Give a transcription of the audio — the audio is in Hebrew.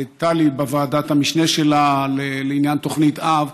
טלי, בוועדת המשנה שלה לעניין תוכנית אב.